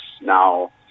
now